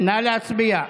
נא להצביע.